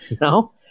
No